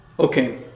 Okay